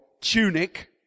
tunic